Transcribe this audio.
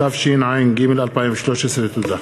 התשע"ג 2013. תודה.